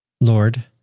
Lord